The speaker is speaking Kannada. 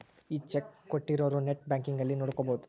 ಈ ಚೆಕ್ ಕೋಟ್ಟಿರೊರು ನೆಟ್ ಬ್ಯಾಂಕಿಂಗ್ ಅಲ್ಲಿ ನೋಡ್ಕೊಬೊದು